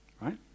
Right